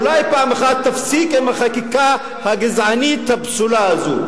אולי פעם אחת תפסיק עם החקיקה הגזענית הפסולה הזו,